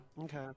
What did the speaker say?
Okay